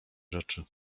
rzeczy